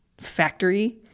factory